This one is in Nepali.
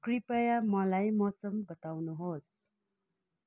कृपया मलाई मौसम बताउनुहोस्